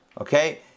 Okay